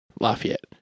Lafayette